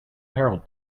herald